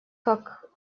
как